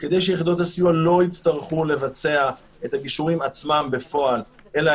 כדי שיחידות הסיוע לא יצטרכו לבצע את הגישורים עצמם בפועל אלא